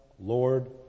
Lord